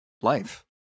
life